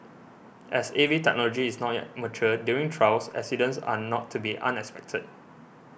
as A V technology is not yet mature during trials accidents are not to be unexpected